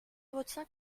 retiens